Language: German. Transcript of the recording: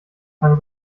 klang